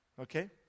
Okay